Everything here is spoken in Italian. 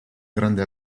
grande